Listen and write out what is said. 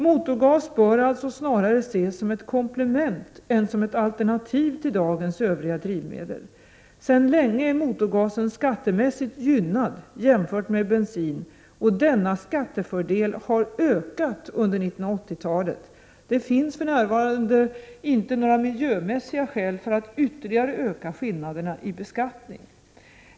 Motorgas bör alltså snarare ses som ett komplement än som ett alternativ till dagens övriga drivmedel. Sedan länge är motorgasen skattemässigt gynnad jämfört med bensin, och denna skattefördel har ökat under 1980-talet. Det finns för närvarande inte några miljömässiga skäl för att ytterligare öka skillnaden i beskattning.